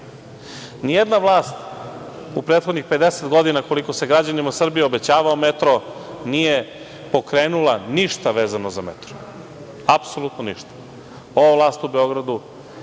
Ni jedna vlast u prethodnih 50 godina, koliko se građanima u Srbiji obećavao metro nije pokrenula ništa vezano za metro, apsolutno ništa. Ova vlast u Beogradu,